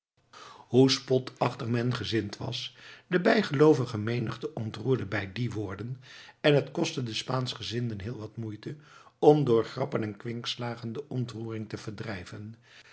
hoe spotachtig men gezind was de bijgeloovige menigte ontroerde bij die woorden en het kostte den spaanschgezinden heel wat moeite om door grappen en kwinkslagen de ontroering te verdrijven